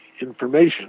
information